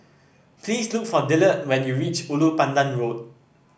please look for Dillard when you reach Ulu Pandan Road